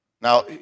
Now